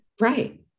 Right